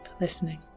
listening